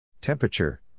Temperature